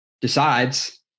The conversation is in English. decides